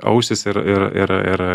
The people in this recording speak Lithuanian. ausys ir ir ir ir